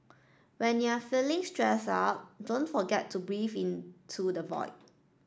when you are feeling stressed out don't forget to breathe into the void